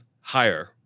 higher